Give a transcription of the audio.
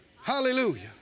Hallelujah